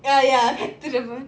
ya ya